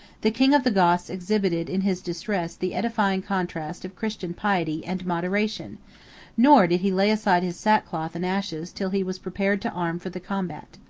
the king of the goths exhibited in his distress the edifying contrast of christian piety and moderation nor did he lay aside his sackcloth and ashes till he was prepared to arm for the combat.